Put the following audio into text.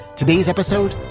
today's episode,